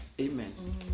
amen